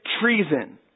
treason